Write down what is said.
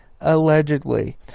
Allegedly